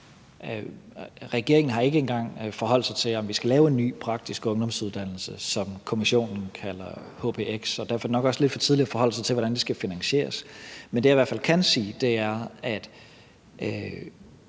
Regeringen har ikke engang forholdt sig til, om vi skal lave en ny praktisk ungdomsuddannelse, som kommissionen kalder hpx, og derfor er det nok også lidt for tidligt at forholde sig til, hvordan det skal finansieres. Men det, jeg i hvert fald kan sige, er, at